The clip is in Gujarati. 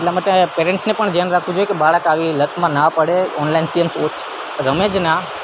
એટલા માટે પેરેન્ટ્સને પણ ધ્યાન રાખવું જોઈએ કે બાળક આવી લતમાં ના પડે ઓનલાઈન ગેમ્સ ઓછી રમેજ નહીં